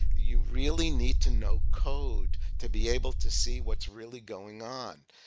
you really need to know code to be able to see what's really going on,